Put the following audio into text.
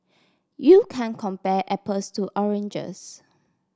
you can compare apples to oranges